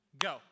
Go